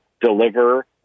deliver